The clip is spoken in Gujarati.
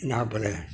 ના ભલે